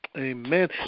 Amen